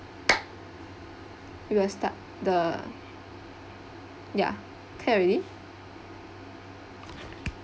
we will start the ya clap already